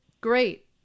Great